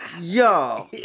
Yo